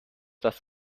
das